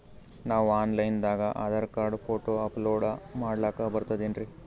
ನಾವು online ದಾಗ Aadhaar card, photo upload ಮಾಡ್ಲಕ ಬರ್ತದೇನ್ರಿ?